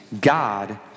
God